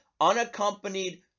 unaccompanied